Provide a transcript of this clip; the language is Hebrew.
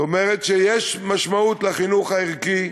זאת אומרת שיש משמעות לחינוך הערכי,